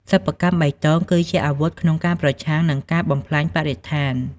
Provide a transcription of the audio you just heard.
សិប្បកម្មបៃតងគឺជាអាវុធក្នុងការប្រឆាំងនឹងការបំផ្លាញបរិស្ថាន។